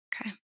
Okay